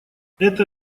это